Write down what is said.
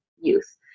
youth